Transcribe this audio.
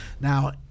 Now